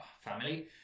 family